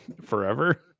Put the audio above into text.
Forever